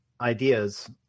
ideas